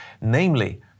Namely